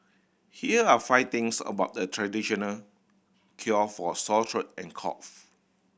here are five things about the traditional cure for sore throat and cough